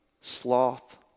sloth